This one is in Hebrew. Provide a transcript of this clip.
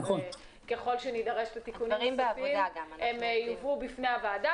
וככל שנידרש לתיקונים נוספים הם יובאו בפני הוועדה.